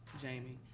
jamie,